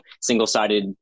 single-sided